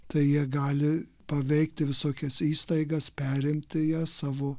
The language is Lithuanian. tai jie gali paveikti visokias įstaigas perimti jas savo